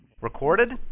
Recorded